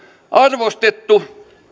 arvostettu